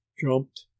jumped